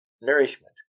nourishment